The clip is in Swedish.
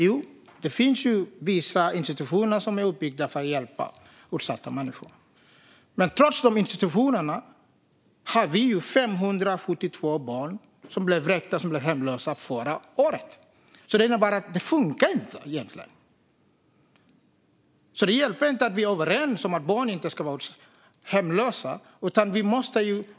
Jo, det finns vissa institutioner som är uppbyggda för att hjälpa utsatta människor. Men trots de institutionerna var det 572 barn som blev vräkta och hemlösa förra året. Det innebär helt enkelt att det inte funkar. Det hjälper inte att vi är överens om att barn inte ska vara hemlösa.